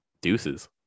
deuces